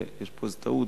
יש פה איזו טעות,